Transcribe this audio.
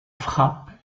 frappe